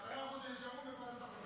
ו-10% שנשארו בוועדת החוקה.